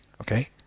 Okay